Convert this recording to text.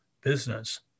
business